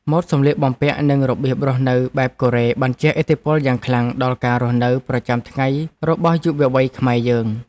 ម៉ូដសម្លៀកបំពាក់និងរបៀបរស់នៅបែបកូរ៉េបានជះឥទ្ធិពលយ៉ាងខ្លាំងដល់ការរស់នៅប្រចាំថ្ងៃរបស់យុវវ័យខ្មែរយើង។